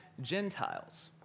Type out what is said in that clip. Gentiles